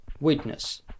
witness